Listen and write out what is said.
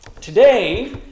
Today